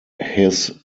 his